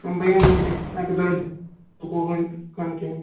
بہٕ یمہِ وِۅنۍ اَکہِ دۄیہِ سکوٗل وۅنۍ کَنٹنیٛوٗ